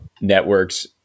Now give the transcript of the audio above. networks